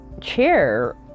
chair